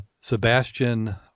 Sebastian